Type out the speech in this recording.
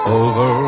over